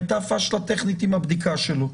הייתה פשלה טכנית עם הבדיקה שלו.